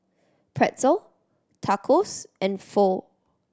Pretzel Tacos and Pho